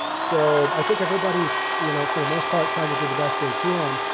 so i think everybody is, you know, for the most part, trying to do the best they can.